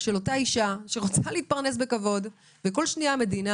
שלאותה אישה שרוצה להתפרנס בכבוד וכל שנייה המדינה